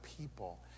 people